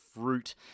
fruit